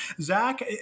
Zach